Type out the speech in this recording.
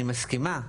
אני מסכימה,